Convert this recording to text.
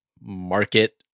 market